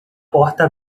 porta